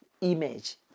image